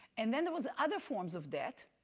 and then there was other forms of debt.